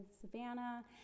Savannah